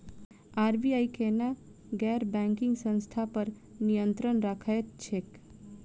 RBI केना गैर banking संस्था पर नियत्रंण राखैत छैक?